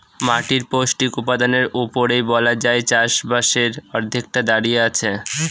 মাটির পৌষ্টিক উপাদানের উপরেই বলা যায় চাষবাসের অর্ধেকটা দাঁড়িয়ে আছে